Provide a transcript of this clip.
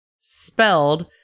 Spelled